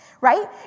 right